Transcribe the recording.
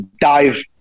dive